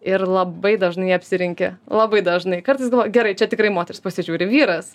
ir labai dažnai apsirinki labai dažnai kartais gerai čia tikrai moteris pasižiūri vyras